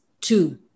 Two